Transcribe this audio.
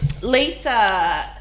Lisa